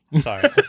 Sorry